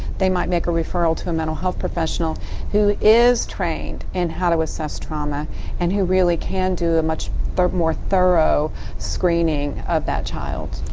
they might make a referral to a mental health professional who is trained in and how to assess trauma and who really can do a much but more thorough screening of that child.